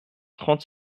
trente